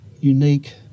unique